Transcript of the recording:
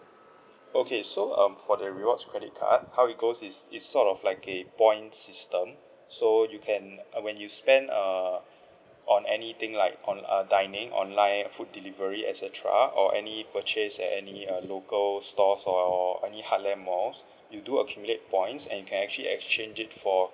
okay so um for the rewards credit card how it goes is it's sort of like a points system so you can when you spend err on anything like on a dining online food delivery et cetera or any purchase at any err local store or any heartland malls you do accumulate points and you can actually exchange it for